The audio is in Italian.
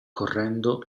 correndo